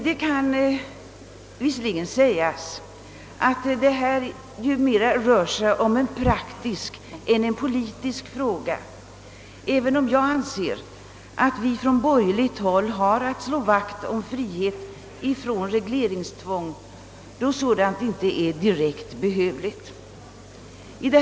Det kan visserligen sägas att detta mer är en praktisk än en politisk fråga, men jag anser att vi på borgerligt håll har att slå vakt om frihet från regleringstvång som inte är direkt behövligt.